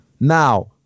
Now